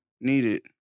Needed